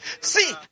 See